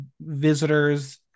visitors